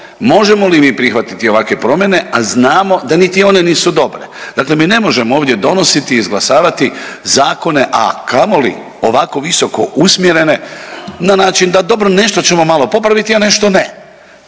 možemo li mi prihvatiti ovakve promjene, a znamo da niti one nisu dobre. Dakle, mi ne možemo ovdje donositi i izglasavati zakone, a kamoli ovako visoko usmjerene na način da dobro nešto ćemo malo popraviti, a nešto ne.